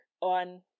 on